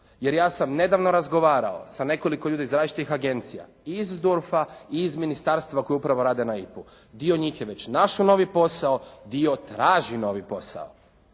Jer ja sam nedavno razgovarao sa nekoliko ljudi iz različitih agencija i iz DURF-a i iz ministarstva koji upravo rade na IPA-u. Dio njih je već našao novi posao, dio traži novi posao.